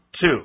two